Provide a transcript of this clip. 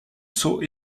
saut